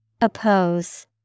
Oppose